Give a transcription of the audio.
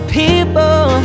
people